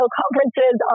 conferences